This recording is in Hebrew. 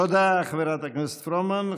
תודה, חברת הכנסת פרומן.